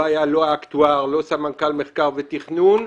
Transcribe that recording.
לא היה לא האקטואר ולא סמנכ"ל מחקר ותכנון.